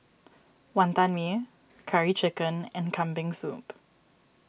Wantan Mee Curry Chicken and Kambing Soup